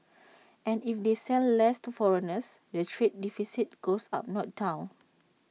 and if they sell less to foreigners the trade deficit goes up not down